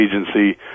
agency